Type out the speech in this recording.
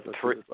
three